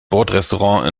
bordrestaurant